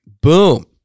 Boom